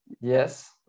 Yes